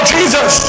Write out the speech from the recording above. Jesus